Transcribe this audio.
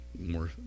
more